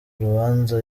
urubanza